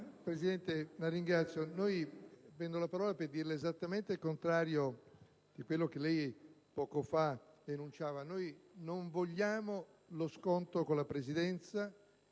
Presidente, prendo la parola per dirle esattamente il contrario di quello che lei poco fa denunciava: noi non vogliamo lo scontro con la Presidenza